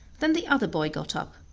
then the other boy got up,